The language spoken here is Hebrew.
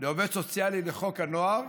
לעובד סוציאלי לחוק הנוער,